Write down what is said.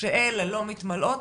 וכשאלה לא מתמלאות,